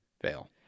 Fail